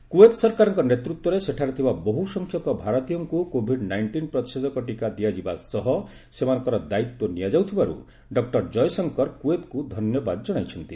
Kuwait ସରକାରଙ୍କ ନେତୃତ୍ୱରେ ସେଠାରେ ଥିବା ବହୁସଂଖ୍ୟକ ଭାରତୀୟଙ୍କୁ କୋଭିଡ୍ ନାଇଷ୍ଟିନ୍ ପ୍ରତିଷେଧକ ଦିଆଯିବା ସହ ସେମାନଙ୍କର ଦାୟିତ୍ୱ ନିଆଯାଉଥିବାରୁ ଡକ୍କର ଜୟଶଙ୍କର କୁଏତ୍କୁ ଧନ୍ୟବାଦ ଜଣାଇଛନ୍ତି